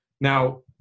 Now